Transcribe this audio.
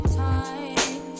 time